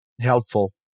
helpful